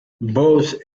both